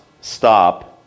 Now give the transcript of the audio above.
stop